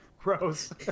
gross